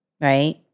right